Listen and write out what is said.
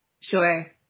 Sure